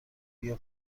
بیا